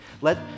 let